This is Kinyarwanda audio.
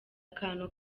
akantu